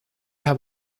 have